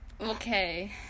okay